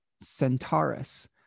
Centaurus